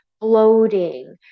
bloating